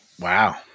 Wow